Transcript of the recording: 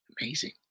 Amazing